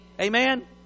Amen